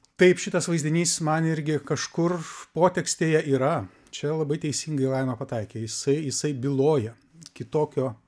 taip šitas vaizdinys man irgi kažkur potekstėje yra čia labai teisingai laima pataikei jisai jisai byloja kitokio